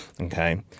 Okay